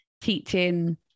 teaching